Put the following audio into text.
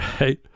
right